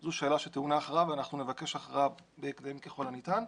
זו שאלה שטעונה הכרעה ואנחנו נבקש הכרעה ככל הניתן.